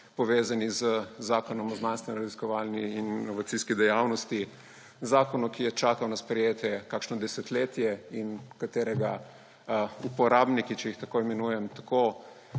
povezani z Zakonom o znanstvenoraziskovalni in inovacijski dejavnosti, zakonu, ki je čakal na sprejetje kakšno desetletje in katerega uporabniki, če jih tako imenujem,